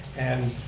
and